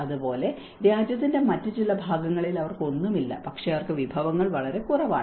അതുപോലെ രാജ്യത്തിന്റെ മറ്റ് ചില ഭാഗങ്ങളിൽ അവർക്ക് ഒന്നുമില്ല പക്ഷേ അവർക്ക് വിഭവങ്ങൾ വളരെ കുറവാണ്